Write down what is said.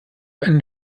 einen